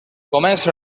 comença